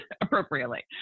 appropriately